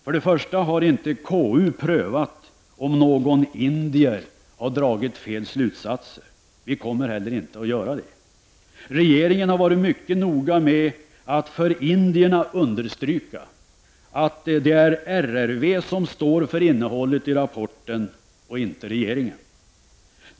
För det första har KU inte prövat om någon indier har dragit fel slutsatser, och vi kommer inte heller att göra det. Regeringen har varit mycket noga med att för indierna understryka att det är RRV som står för innehållet i rapporten, inte regeringen.